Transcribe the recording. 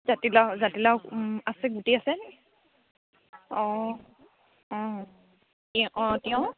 জাতিলাও জাতিলাও আছে গুটি আছে অঁ অঁ অঁ হেৰি আকৌ তিঁয়হ